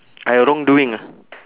I wrong doing ah